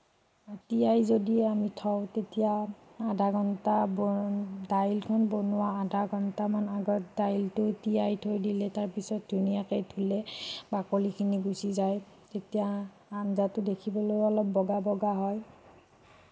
তিয়াই যদি আমি থওঁ তেতিয়া আধা ঘণ্টা দাইলখন বনোঁৱা আধা ঘণ্টামান আগত দাইলটো তিয়াই থৈ দিলে তাৰপিছত ধুনীয়াকৈ ধুলে বাকলিখিনি গুচি যায় তেতিয়া আঞ্জাটো দেখিবলৈও অকণ বগা বগা হয়